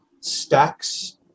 Stacks